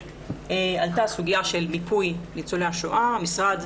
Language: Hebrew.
סיוע המדינה לניצולי השואה,